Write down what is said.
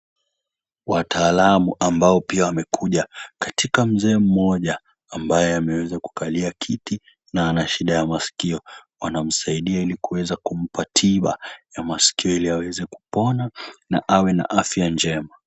Wataalamu ambao pia wamekuja katika mzee mmoja ambaye ameweza kukalia kiti na ana shida ya masikio. Wanamsaidia ili kuweza kumpa tiba ya masikio ili aweze kupona na awe na afya njema.